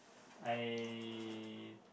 I